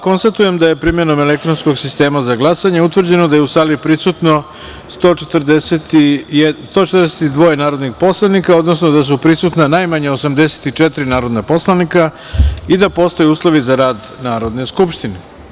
Konstatujem da je primenom elektronskog sistema za glasanje, utvrđeno da je u sali prisutno 110 narodnih poslanika, odnosno da su prisutna najmanje 84 narodna poslanika i da postoje uslovi za rad Narodne skupštine.